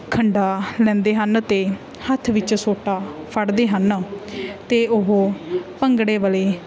ਖੰਡਾ ਲੈਂਦੇ ਹਨ ਅਤੇ ਹੱਥ ਵਿੱਚ ਸੋਟਾ ਫੜਦੇ ਹਨ ਅਤੇ ਉਹ ਭੰਗੜੇ ਵਾਲੇ